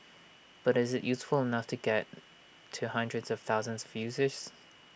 but is IT useful enough to get to hundreds of thousands of users